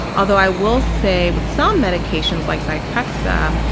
although i will say with some medications like zyprexa,